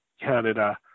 Canada